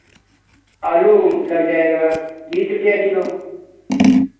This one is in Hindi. आलू लग जाएगा बीस रुपैया किलो